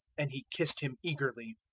and he kissed him eagerly.